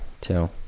Two